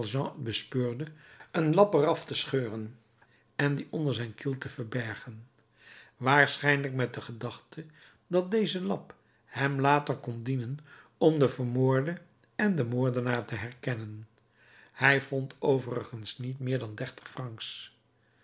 bespeurde een lap er af te scheuren en dien onder zijn kiel te verbergen waarschijnlijk met de gedachte dat deze lap hem later kon dienen om den vermoorde en den moordenaar te herkennen hij vond overigens niet meer dan dertig francs